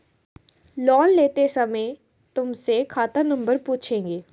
loan लेते समय तुमसे खाता नंबर पूछेंगे